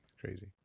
Crazy